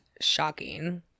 shocking